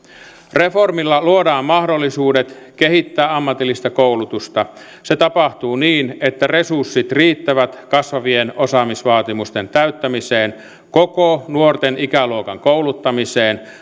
reformilla luodaan mahdollisuudet kehittää ammatillista koulutusta se tapahtuu niin että resurssit riittävät kasvavien osaamisvaatimusten täyttämiseen koko nuorten ikäluokan kouluttamiseen